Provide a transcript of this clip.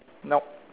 nope